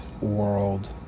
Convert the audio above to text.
world